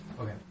Okay